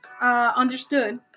understood